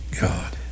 god